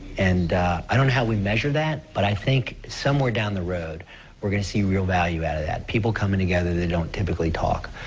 and i don't know how we measure that, but i think somewhere down the road we're going to see real value at it. people coming together that don't typically talk.